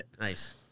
Nice